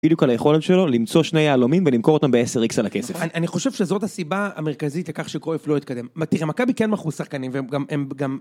בדיווק על היכולת שלו למצוא שני יהלומים ולמכור אותם ב-10x על הכסף. אני חושב שזאת הסיבה המרכזית לכך שקרויף לא יתקדם. תראה, מכבי כן מכרו שחקנים גם...